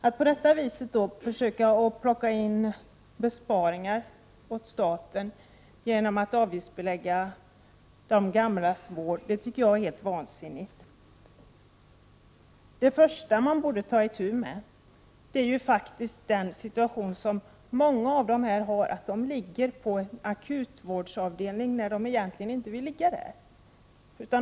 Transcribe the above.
Att försöka plocka in besparingar åt staten genom att avgiftsbelägga de gamlas vård tycker jag är helt vansinnigt. Det första man borde ta itu med är situationen för många av de människor som ligger på en akutvårdsavdelning, när de egentligen inte vill ligga där.